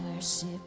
Worship